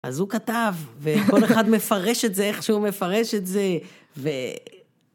אז הוא כתב, וכל אחד מפרש את זה איך שהוא מפרש את זה, ו...